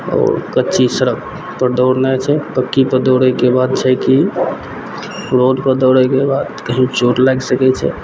आओर कच्ची सड़क पर दौड़नाइ छै पक्कीपर दौड़यके बाद छै कि रोडपर दौड़यके बाद कहीं चोट लागि सकय छै